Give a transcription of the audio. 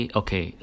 okay